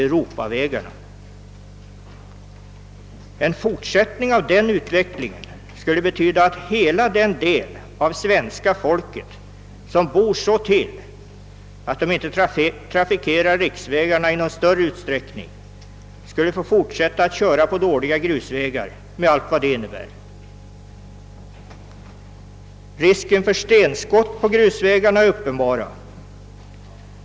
europavägarna ———.» En fortsättning av den utvecklingen skulle betyda, att hela den del av svenska folket som bor så till att den inte trafikerar riksvägarna i större utsträckning skulle få forsätta att köra på dåliga grusvägar med allt vad det innebär. Risken för stenskott på grusvägarna är uppenbar.